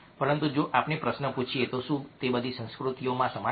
પરંતુ જો આપણે પ્રશ્ન પૂછીએ તો શું તે બધી સંસ્કૃતિઓમાં સમાન છે